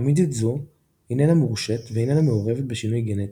עמידות זו איננה מורשת ואיננה מעורבת בשינוי גנטי,